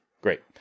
Great